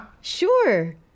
Sure